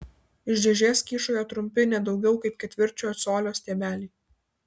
iš dėžės kyšojo trumpi ne daugiau kaip ketvirčio colio stiebeliai